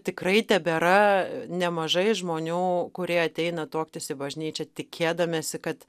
tikrai tebėra nemažai žmonių kurie ateina tuoktis į bažnyčią tikėdamiesi kad